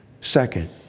Second